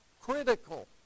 critical